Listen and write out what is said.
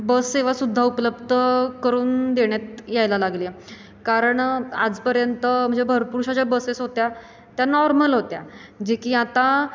बससेवासुद्धा उपलब्ध करून देण्यात यायला लागल्या कारण आजपर्यंत म्हणजे भरपूर शा ज्या बसेस होत्या त्या नॉर्मल होत्या जे की आता